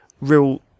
real